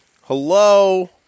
Hello